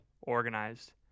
organized